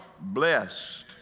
blessed